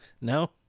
No